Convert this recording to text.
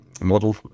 model